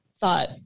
thought